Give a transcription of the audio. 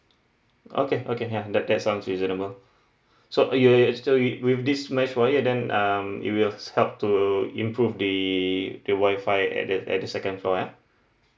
okay okay ya that that sounds reasonable so you are so with with this mesh wire then um it will help to improve the the Wi-Fi at the at the second floor ah